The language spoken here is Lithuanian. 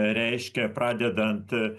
reiškia pradedant